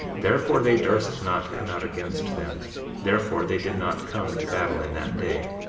therefore they durst not come out against them therefore they did not come to battle in that day.